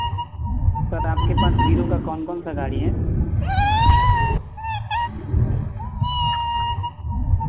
sir आपके पास Hero का कौन कौनसा गाड़ी है